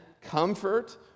comfort